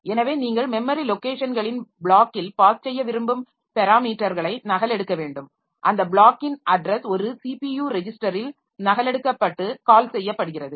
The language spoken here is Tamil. எனவே நீங்கள் மெமரி லொக்கேஷன்களின் ப்ளாக்கில் பாஸ் செய்ய விரும்பும் பெராமீட்டர்களை நகலெடுக்க வேண்டும் அந்த ப்ளாக்கின் அட்ரஸ் ஒரு ஸிபியு ரெஜிஸ்டரில் நகலெடுக்கப்பட்டு கால் செய்யப்படுகிறது